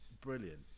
brilliant